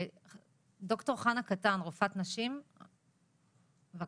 ד"ר חנה קטן, רופאת נשים, בבקשה.